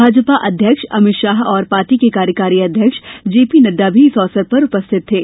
भाजपा अध्यक्ष अमित शाह और पार्टी के कार्यकारी अध्यक्ष जेपी नड्डा भी इस अवसर पर उपस्थित थे